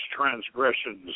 transgressions